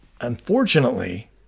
unfortunately